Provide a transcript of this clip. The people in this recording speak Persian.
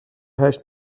هشت